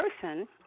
person